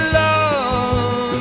love